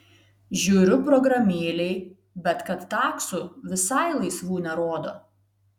žiūriu programėlėj bet kad taksų visai laisvų nerodo